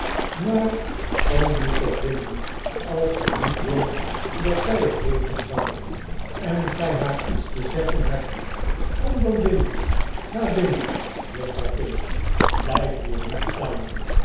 maar kom nu toch binnen als gij niet wilt dat zij het weten zal en gij haar iets te zeggen hebt kom dan binnen ga binnen juffrouw pinch blijf hier niet staan